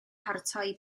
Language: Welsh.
paratoi